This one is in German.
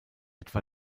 etwa